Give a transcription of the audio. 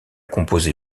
composé